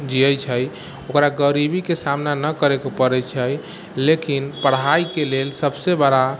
जियैत छै ओकरा गरीबीके सामना नहि करैके पड़ैत छै लेकिन पढ़ाइके लेल सबसे बड़ा